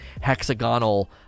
hexagonal